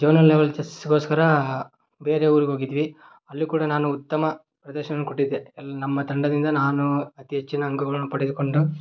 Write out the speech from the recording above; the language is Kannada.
ಝೋನಲ್ ಲೆವೆಲ್ ಚೆಸ್ಗೋಸ್ಕರ ಬೇರೆ ಊರ್ಗೆ ಹೋಗಿದ್ವಿ ಅಲ್ಲಿ ಕೂಡ ನಾನು ಉತ್ತಮ ಪ್ರದರ್ಶನ ಕೊಟ್ಟಿದ್ದೆ ಎಲ್ಲ ನಮ್ಮ ತಂಡದಿಂದ ನಾನು ಅತಿ ಹೆಚ್ಚಿನ ಅಂಕಗಳನ್ನು ಪಡೆದುಕೊಂಡು